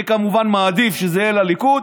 אני כמובן מעדיף שזה יהיה לליכוד,